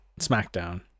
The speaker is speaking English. SmackDown